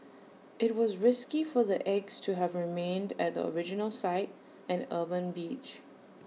IT was risky for the eggs to have remained at the original site an urban beach